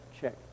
check